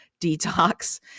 detox